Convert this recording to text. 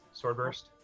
Swordburst